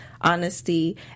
honesty